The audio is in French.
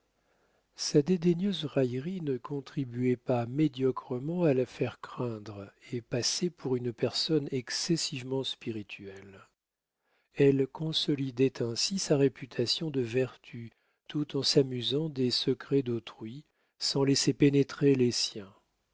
sa dédaigneuse raillerie ne contribuait pas médiocrement à la faire craindre et passer pour une personne excessivement spirituelle elle consolidait ainsi sa réputation de vertu tout en s'amusant des secrets d'autrui sans laisser pénétrer les siens